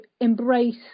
embrace